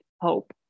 hope